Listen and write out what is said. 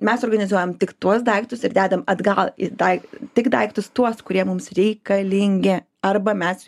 mes organizuojam tik tuos daiktus ir dedam atgal į tai tik daiktus tuos kurie mums reikalingi arba mes